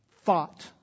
fought